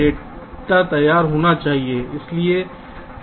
यह डेटा तैयार होना चाहिए